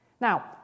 now